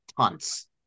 Tons